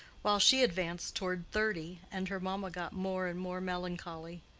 while she advanced toward thirty and her mamma got more and more melancholy.